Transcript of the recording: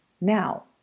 now